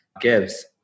gives